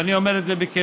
ואני אומר את זה בכנות: